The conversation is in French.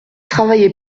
travailler